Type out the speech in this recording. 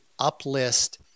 uplist